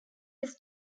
his